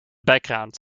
background